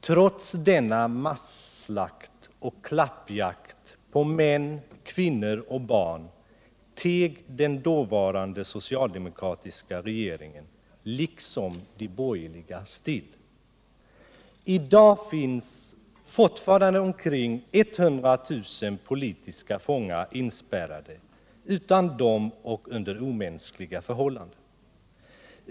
Trots denna masslakt och klappjakt på män, kvinnor och barn teg den dåvarande socialdemokratiska regeringen, liksom de borgerliga, still. I dag finns fortfarande omkring 100 000 politiska fångar inspärrade där utan dom och under omänskliga förhållanden.